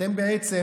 אתם בעצם